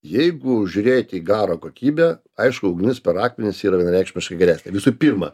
jeigu žiūrėt į garo kokybę aišku ugnis per akmenis yra vienareikšmiškai geresnė visų pirma